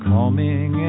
Calming